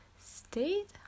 state